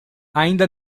ainda